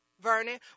Vernon